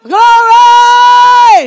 Glory